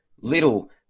Little